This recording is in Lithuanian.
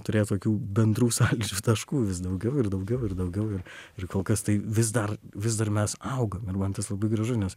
turėt tokių bendrų sąlyčio taškų vis daugiau ir daugiau ir daugiau ir ir kol kas tai vis dar vis dar mes augam ir man tas labai gražu nes